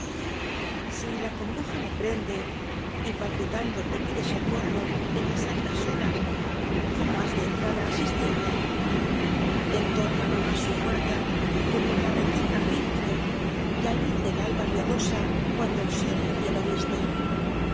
si la congoja le prende y palpitando te pide socorro en las altas horas cómo has de entrar á asistirle entorna no más su puerta que por la rendija filtre la luz del alba piadosa cuando el sol el cielo viste